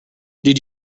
did